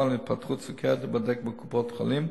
להתפתחות סוכרת להיבדק בקופות-החולים.